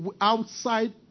outside